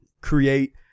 create